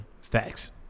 Facts